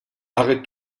arrête